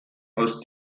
aus